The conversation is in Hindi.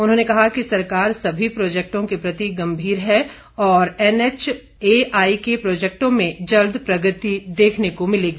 उन्होंने कहा कि सरकार सभी प्रोजेक्टों के प्रति गंभीर है और एनएचएआई के प्रोजेक्टों में जल्द प्रगति देखने को मिलेगी